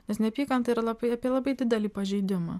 nes neapykanta yra labai apie didelį pažeidimą